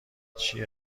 چیه